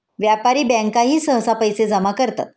व्यापारी बँकाही सहसा पैसे जमा करतात